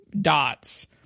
dots